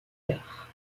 quarts